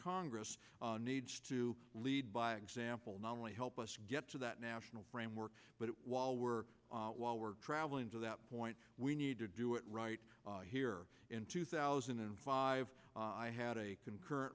congress needs to lead by example not only help us get to that national framework but while we're while we're traveling to that point we need to do it right here in two thousand and five i had a concurrent